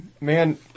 Man